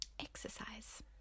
exercise